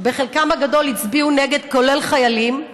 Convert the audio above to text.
בחלקם הגדול הצביעו נגד, כולל חיילים,